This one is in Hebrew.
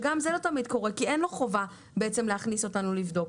גם זה לא תמיד קורה כי אין לו חובה להכניס אותנו לבדוק.